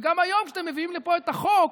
וגם היום כשאתם מביאים לפה את חוק,